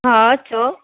हा चओ